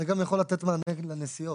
זה גם יכול לתת מענה לנסיעות.